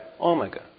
Omega